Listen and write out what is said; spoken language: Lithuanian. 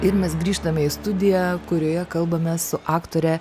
ir mes grįžtame į studiją kurioje kalbamės su aktore